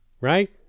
right